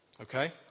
Okay